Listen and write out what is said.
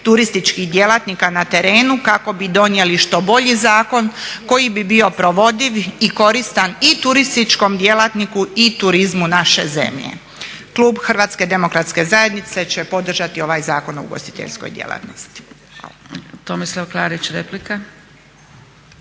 turističkih djelatnika na terenu kako bi donijeli što bolji zakon koji bi bio provodiv i koristan i turističkom djelatniku i turizmu naše zemlje. Klub HDZ-a će podržati ovaj Zakon o ugostiteljskoj djelatnosti.